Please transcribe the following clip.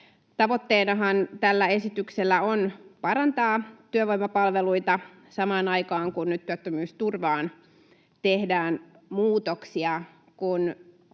Tavoitteenahan tällä esityksellä on parantaa työvoimapalveluita samaan aikaan, kun nyt työttömyysturvaan tehdään muutoksia.